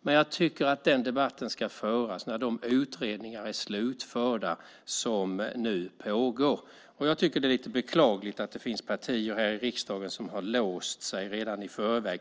Men jag tycker att den debatten ska föras när de utredningar som nu pågår är slutförda. Jag tycker att det är lite beklagligt att det finns partier i riksdagen som har låst sig redan i förväg.